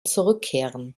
zurückkehren